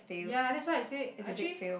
ya that's why I say actually